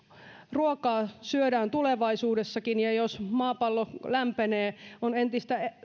ruokaa syödään tulevaisuudessakin ja jos maapallo lämpenee on entistä